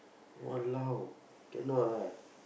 !walao! cannot lah